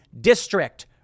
district